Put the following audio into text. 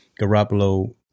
Garoppolo